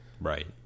Right